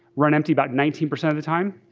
run empty about nineteen percent of the time,